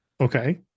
Okay